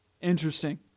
Interesting